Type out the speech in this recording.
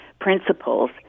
principles